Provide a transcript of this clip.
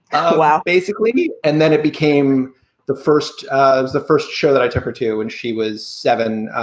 oh wow. basically. and then it became the first ah was the first show that i took her to and she was seven.